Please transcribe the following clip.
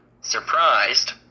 surprised